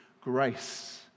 grace